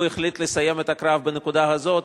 הוא החליט לסיים את הקרב בנקודה הזאת,